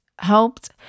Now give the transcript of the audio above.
helped